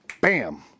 Bam